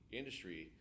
industry